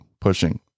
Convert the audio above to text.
pushing